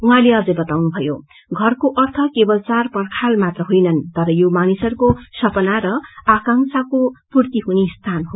उहाँले अझै भन्नुभयो घरको अर्थ केवल चार पर्खाल मात्र होईनन् तर यो मानिसहरूको सपना र आकांक्षाहरूको पूर्ति हुने स्थान हो